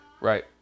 right